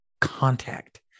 contact